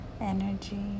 energy